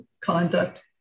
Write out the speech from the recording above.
Conduct